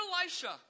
Elisha